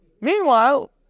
Meanwhile